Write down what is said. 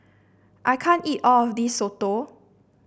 I can't eat all of this soto